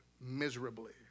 miserably